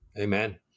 Amen